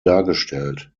dargestellt